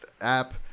app